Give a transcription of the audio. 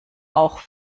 auch